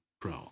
Pro